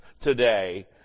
today